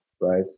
Right